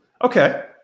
Okay